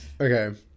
Okay